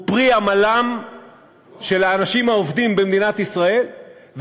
הוא פרי עמלם של האנשים העובדים במדינת ישראל,